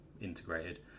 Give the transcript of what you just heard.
integrated